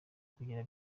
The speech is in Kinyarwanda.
kugira